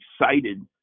excited